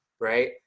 Right